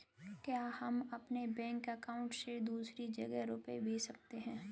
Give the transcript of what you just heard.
क्या हम अपने बैंक अकाउंट से दूसरी जगह रुपये भेज सकते हैं?